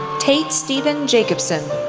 tait steven jacobsen,